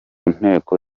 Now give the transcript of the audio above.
nteko